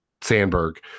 sandberg